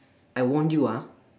I warned you ah